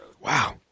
Wow